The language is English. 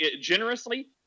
generously